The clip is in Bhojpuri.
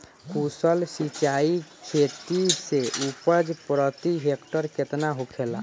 कुशल सिंचाई खेती से उपज प्रति हेक्टेयर केतना होखेला?